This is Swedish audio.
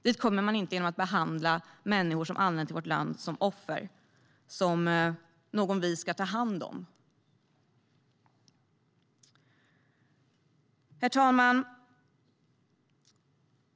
Dit kommer man inte genom att behandla människor som anlänt till vårt land som offer, som några vi ska ta hand om. Herr talman!